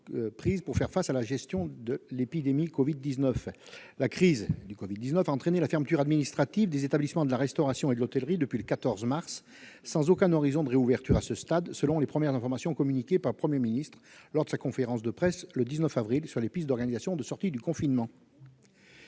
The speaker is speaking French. pour faire face à l'épidémie de Covid-19. La crise a entraîné la fermeture administrative des établissements de la restauration et de l'hôtellerie depuis le 14 mars, sans qu'aucun horizon de réouverture ne se dégage à ce stade, selon les premières informations communiquées par le Premier ministre lors de la conférence de presse sur les pistes d'organisation de la sortie du confinement